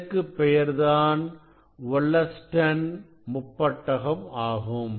இதற்குப் பெயர்தான் வொல்லஸ்டன் முப்பட்டகம் ஆகும்